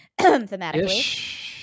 thematically